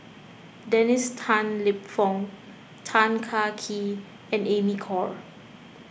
Dennis Tan Lip Fong Tan Kah Kee and Amy Khor